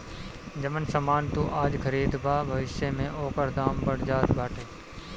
जवन सामान तू आज खरीदबअ भविष्य में ओकर दाम बढ़ जात बाटे